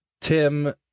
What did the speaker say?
Tim